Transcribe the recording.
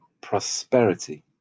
prosperity